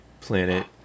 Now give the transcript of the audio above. planet